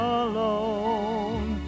alone